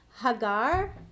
Hagar